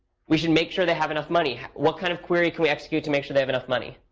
we should make sure they have enough money. what kind of query can we execute to make sure they have enough money?